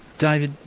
david,